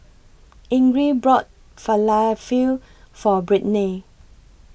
Ingrid bought Falafel For Brittnay